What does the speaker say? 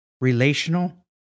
relational